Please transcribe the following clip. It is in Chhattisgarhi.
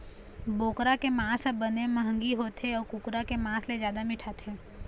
बोकरा के मांस ह बने मंहगी होथे अउ कुकरा के मांस ले जादा मिठाथे